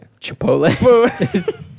Chipotle